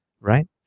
right